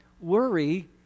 worry